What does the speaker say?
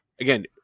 Again